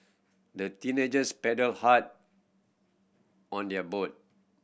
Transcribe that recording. the teenagers paddled hard on their boat